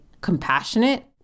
compassionate